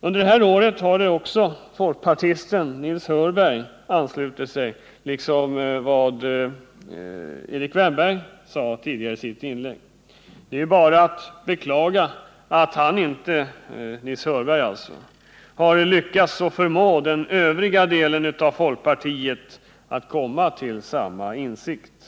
Under detta år har också folkpartisten Nils Hörberg anslutit sig, och det Erik Wärnberg sade i sitt inlägg tyder på att också han delar vår uppfattning. Det är bara att beklaga att Nils Hörberg inte har lyckats förmå den övriga delen av folkpartiet att komma till samma insikt.